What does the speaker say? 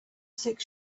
six